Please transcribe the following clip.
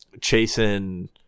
chasing